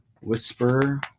Whisper